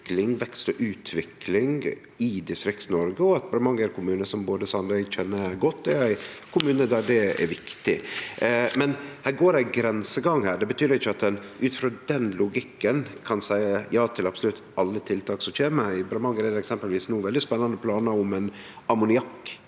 vekst og utvikling i Distrikts-Noreg, og at Bremanger kommune, som både Sande og eg kjenner godt, er ein kommune der det er viktig. Men det er ein grensegang her. Det betyr ikkje at ein ut frå den logikken kan seie ja til absolutt alle tiltak som kjem. I Bremanger er det eksempelvis no veldig spennande planar om ein